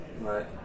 Right